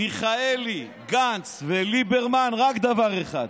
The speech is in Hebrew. מיכאלי, גנץ וליברמן זה רק דבר אחד: